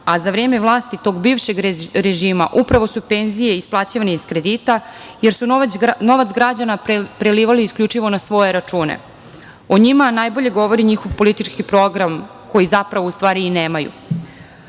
Za vreme vlasti tog bivšeg režima upravo su penzije isplaćivane iz kredita jer su novac građana prelivali isključivo na svoje račune. O njima najbolje govori njihov politički program koji u stvari i nemaju.Za